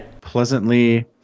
Pleasantly